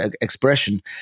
expression